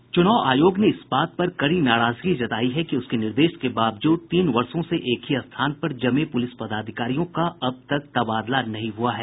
चूनाव आयोग ने इस बात पर कड़ी नाराजगी जतायी है कि उसके निर्देश के बावजूद तीन वर्षों से एक ही स्थान पर जमे पुलिस पदाधिकारियों का अब तक तबादला नहीं हुआ है